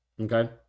Okay